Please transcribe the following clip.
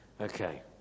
Okay